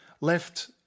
left